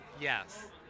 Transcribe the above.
Yes